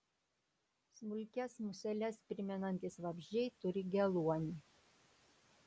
smulkias museles primenantys vabzdžiai turi geluonį